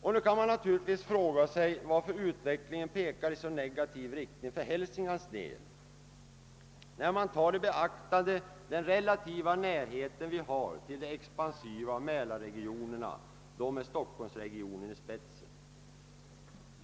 Man kan då naturligtvis fråga sig, varför utvecklingen pekar i en så negativ riktning för Hälsinglands del, när man beaktar den relativa närheten till de expansiva mälarregionerna med stockholmsregionen i spetsen.